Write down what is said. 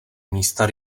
místa